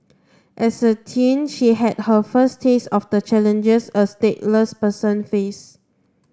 as a teen she had her first taste of the challenges a stateless person face